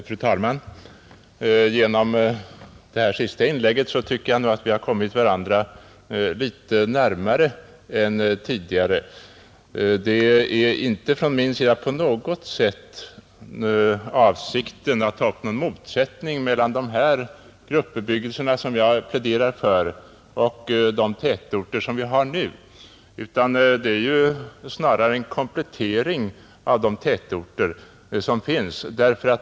Fru talman! Genom det sista inlägget tycker jag att civilministern och jag har kommit litet närmare varandra än tidigare, Det är inte på något sätt min avsikt att skapa motsättning mellan de gruppbebyggelser jag pläderar för och de tätorter som vi nu har, utan de förra skulle snarare utgöra en komplettering till tätorterna.